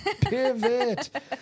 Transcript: pivot